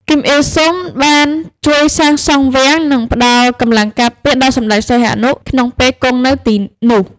គីម អ៊ីលសុង បានជួយសាងសង់វាំង និងផ្ដល់កម្លាំងការពារដល់សម្ដេចសីហនុក្នុងពេលគង់នៅទីនោះ។